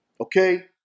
okay